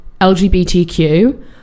lgbtq